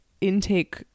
intake